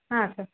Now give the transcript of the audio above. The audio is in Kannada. ಹಾಂ ಸರ್